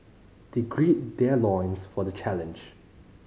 they gird their loins for the challenge